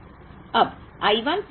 अब I 1 plus I 2 क्या है